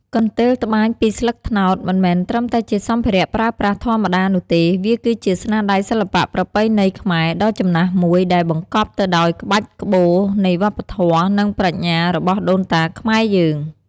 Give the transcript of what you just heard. កន្ទេលត្បាញពីស្លឹកត្នោត មិនមែនត្រឹមតែជាសម្ភារៈប្រើប្រាស់ធម្មតានោះទេ វាគឺជា ស្នាដៃសិល្បៈប្រពៃណីខ្មែរដ៏ចំណាស់មួយ ដែលបង្កប់ទៅដោយក្បាច់ក្បូរនៃវប្បធម៌ និងប្រាជ្ញារបស់ដូនតាខ្មែរយើង។